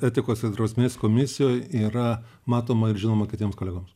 etikos ir drausmės komisijoj yra matoma ir žinoma kitiems kolegoms